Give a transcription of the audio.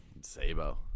Sabo